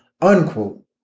unquote